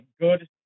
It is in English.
good